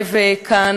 מה